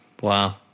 Wow